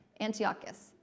Antiochus